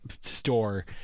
store